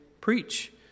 preach